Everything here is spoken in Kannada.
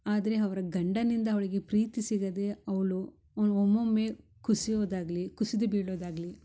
ಆದರೆ ಅವ್ರ್ ಗಂಡನಿಂದ ಅವಳಿಗೆ ಪ್ರೀತಿ ಸಿಗದೆ ಅವಳು ಒಮ್ಮೊಮ್ಮೆ ಕುಸಿಯೋದಾಗಲಿ ಕುಸಿದು ಬೀಳೋದಾಗಲಿ